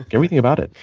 everything about it.